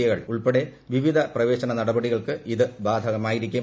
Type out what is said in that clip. I കൾ ഉൾപ്പെടെ വിവിധ പ്രവേശന നടപടികൾക്ക് ഇത് ബാധകമായിരിക്കും